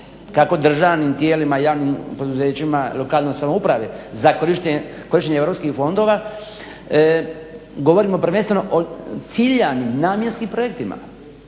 kako državnim tijelima, javnim poduzećima, lokalnoj samoupravi za korištenje europskih fondova govorimo prvenstveno o ciljanim, namjenskim projektima.